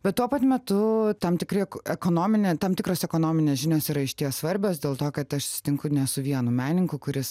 bet tuo pat metu tam tikri ekonominė tam tikros ekonominės žinios yra išties svarbios dėl to kad aš susitinku ne su vienu menininku kuris